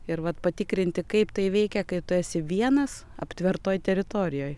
ir vat patikrinti kaip tai veikia kai tu esi vienas aptvertoj teritorijoj